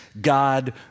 God